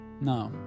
no